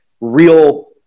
real